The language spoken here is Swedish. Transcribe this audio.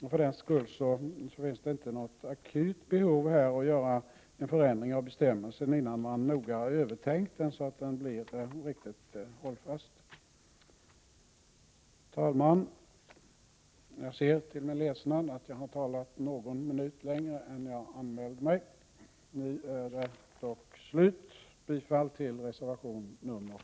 Därför finns det inte något akut behov av att ändra bestämmelsen innan man noga har övervägt den, så att den blir riktigt hållfast. Herr talman! Jag ser till min ledsnad att jag har talat någon minut längre än jag anmälde mig för. Jag yrkar avslutningsvis bifall till reservation 4.